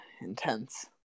intense